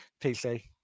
PC